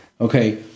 Okay